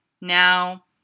now